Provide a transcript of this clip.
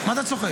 מה אתה צוחק?